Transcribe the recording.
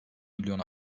milyon